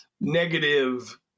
negative